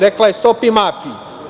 Rekla je stop i mafiji.